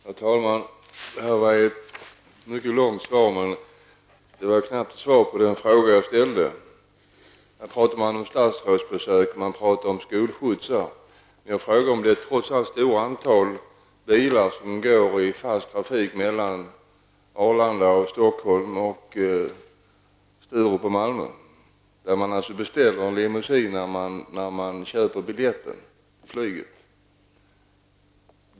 Herr talman! Det var ett mycket långt svar, men det var knappt svar på den fråga jag ställde. Här pratar man om statsrådsbesök och skolskjutsar. Men jag frågade om det trots allt stora antal bilar som går i fast trafik mellan Arlanda och Stockholm och mellan Sturup och Malmö, där man beställer limousinen när man köper biljetten till flyget.